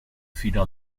fino